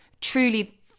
truly